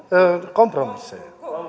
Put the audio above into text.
kompromisseja